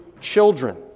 children